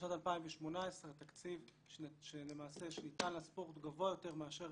שבשנת 2018 התקציב שניתן לספורט הוא גבוה יותר מאשר